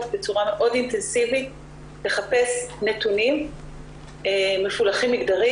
בצורה מאוד אינטנסיבית לחפש נתונים מפולחים מגדרים